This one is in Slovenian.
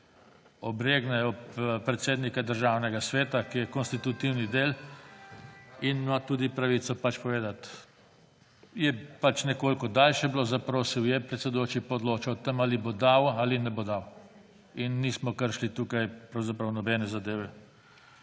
obregne ob predsednika Državnega sveta, ki je konstitutivni del in ima tudi pravic povedati. Je nekoliko daljše bilo, zaprosil je, predsedujoči pa odloča o tem, ali bo dal ali ne bo dal in nismo kršili tukaj pravzaprav nobene zadeve.